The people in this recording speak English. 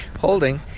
holding